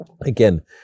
Again